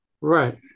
right